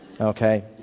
Okay